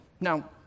Now